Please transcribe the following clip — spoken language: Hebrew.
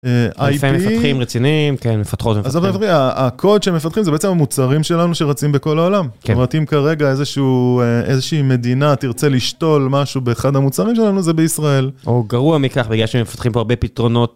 אה... IT... איפה מפתחים רציניים, כן מפתחות/מפתחים... אז אתה יודע... הקוד שמפתחים זה בעצם המוצרים שלנו שרצים בכל העולם. כן. ז'תומרת אם כרגע איזשהו... איזושהי מדינה תרצה לשתול משהו באחד המוצרים שלנו זה בישראל. או גרוע מכך בגלל שמפתחים פה הרבה פתרונות...